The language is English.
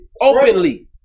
openly